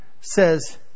says